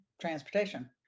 transportation